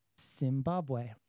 Zimbabwe